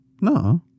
No